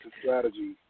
strategy